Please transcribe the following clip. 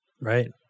Right